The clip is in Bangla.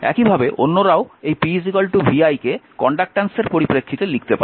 একইভাবে অন্যরাও এই p vi কে কন্ডাক্ট্যান্সের পরিপ্রেক্ষিতে লিখতে পারে